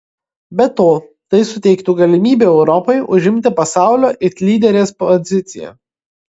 be to tai suteiktų galimybę europai užimti pasaulio it lyderės poziciją